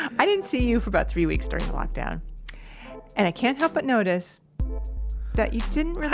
i didn't see you for about three weeks during the lockdown and i can't help but notice that you didn't